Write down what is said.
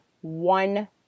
one